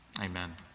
Amen